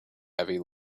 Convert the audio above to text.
heavy